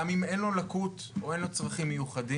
גם אם אין לו לקות או אין לו צרכים מיוחדים,